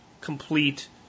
complete